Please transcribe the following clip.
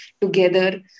together